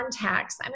contacts